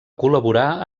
col·laborar